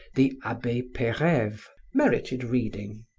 the abbe peyreyve, merited reading.